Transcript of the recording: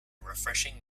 refreshing